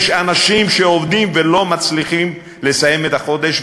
יש אנשים שעובדים ולא מצליחים לסיים את החודש,